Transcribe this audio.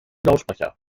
lautsprecher